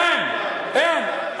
אין, אין.